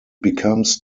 becomes